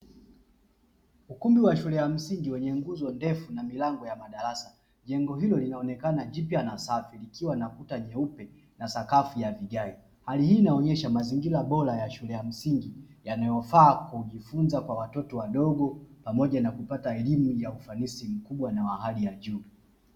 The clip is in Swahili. Ukumbi wa shule ya msingi yenye nguzo ndefu na milango ya madarasa. Jengo hilo linaonekana jipya na safi, likiwa na kuta nyeupe na sakafu ya vigae. Hali hii inaonyesha mazingira bora ya shule ya msingi yanayofaa kujifunza kwa watoto wadogo pamoja na kupata elimu ya ufanisi na ya hali ya juu.